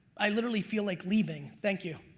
i literally feel like leaving. thank you.